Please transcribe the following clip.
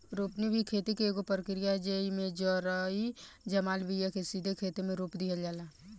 रोपनी भी खेती के एगो प्रक्रिया ह, जेइमे जरई जमाल बिया के सीधे खेते मे रोप दिहल जाला